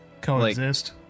Coexist